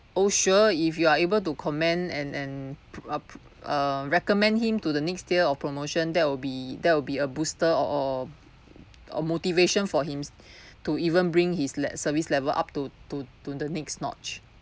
oh sure if you are able to commend and and put up put uh recommend him to the next tier of promotion that will be that will be a booster or or or motivation for him to even bring his le~ service level up to to to the next notch